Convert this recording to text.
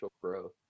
growth